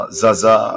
zaza